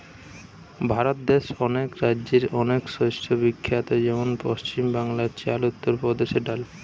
ভারত দেশে অনেক রাজ্যে অনেক শস্য বিখ্যাত যেমন পশ্চিম বাংলায় চাল, উত্তর প্রদেশে ডাল